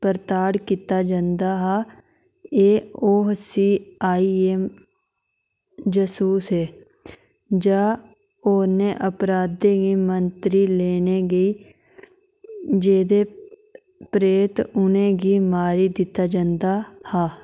परताड़त कीता जंंदा हा एह् ओह् जीआईऐम जसूस ऐ जां होरनें अपराधें गी मंत्री लेने गी जेह्दे परैंत उ'नें गी मारी दित्ता जंदा हा